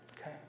okay